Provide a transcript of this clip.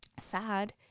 sad